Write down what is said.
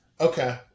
Okay